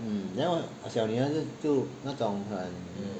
then 我小女儿是就那种很